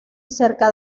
cerca